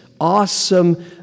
awesome